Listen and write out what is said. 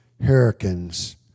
hurricanes